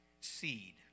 seed